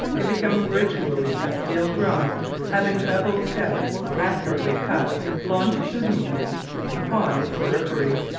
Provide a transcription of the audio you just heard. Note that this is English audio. it becomes virtually a steel drum having bevelled steps accurately cut longitudinally upon its periphery.